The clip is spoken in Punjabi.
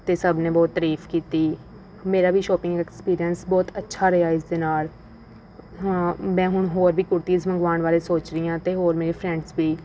ਅਤੇ ਸਭ ਨੇ ਬਹੁਤ ਤਾਰੀਫ ਕੀਤੀ ਮੇਰਾ ਵੀ ਸ਼ੋਪਿੰਗ ਐਕਪੀਰੀਐਂਸ ਬਹੁਤ ਅੱਛਾ ਰਿਹਾ ਇਸ ਦੇ ਨਾਲ ਹਾਂ ਮੈਂ ਹੁਣ ਹੋਰ ਵੀ ਕੁੜਤੀਜ਼ ਮੰਗਵਾਉਣ ਬਾਰੇ ਸੋਚ ਰਹੀ ਹਾਂ ਅਤੇ ਹੋਰ ਮੇਰੇ ਫਰੈਂਡਸ ਵੀ